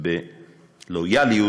ובלויאליות,